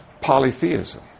polytheism